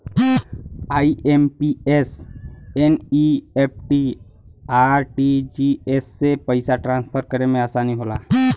IMPS, NEFT, RTGS से पइसा transfer करे में आसानी होला